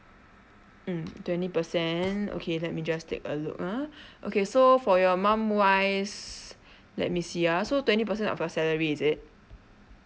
mm twenty percent okay let me just take a look ah okay so for your mum wise let me see ah so twenty percent of your salary is it